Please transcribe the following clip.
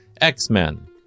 X-Men